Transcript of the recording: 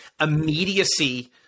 immediacy